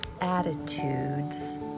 attitudes